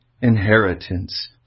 inheritance